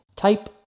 Type